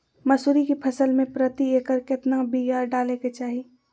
मसूरी के फसल में प्रति एकड़ केतना बिया डाले के चाही?